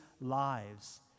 lives